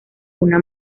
una